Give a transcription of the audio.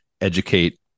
educate